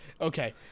Okay